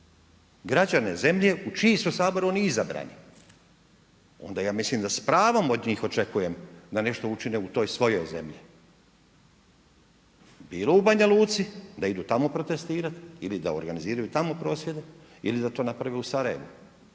građane zemlje u čiji u Sabor oni izabrani, onda ja mislim da s pravo od njih očekujem da nešto učine u toj svojoj zemlji. Bilo u Banja Luci, da idu tamo protestirati ili da organiziraju tamo prosvjede ili da to naprave u Sarajevu